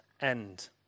end